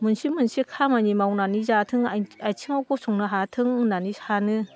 मोनसे मोनसे खामानि मावनानै जाथों आथिङाव गसंनो हाथों होननानै सानो